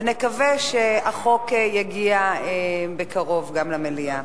ונקווה שהחוק יגיע בקרוב גם למליאה.